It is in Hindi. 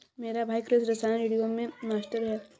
मेरा भाई कृषि रसायन श्रेणियों में मास्टर है